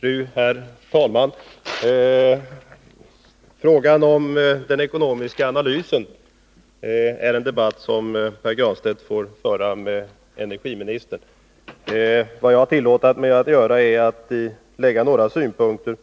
Fru talman! Debatten om behovet av ekonomisk analys får Pär Granstedt föra med energiministern. Vad jag tillåtit mig att göra är att lägga några synpunkter